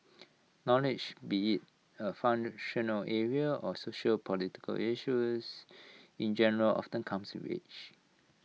knowledge be IT A functional area or sociopolitical issues in general often comes age